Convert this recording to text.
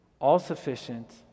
all-sufficient